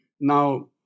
now